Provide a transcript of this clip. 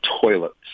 toilets